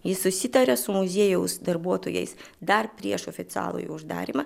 jis susitarė su muziejaus darbuotojais dar prieš oficialųjį uždarymą